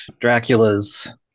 dracula's